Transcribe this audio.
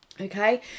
Okay